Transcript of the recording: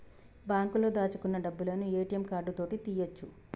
బాంకులో దాచుకున్న డబ్బులను ఏ.టి.యం కార్డు తోటి తీయ్యొచు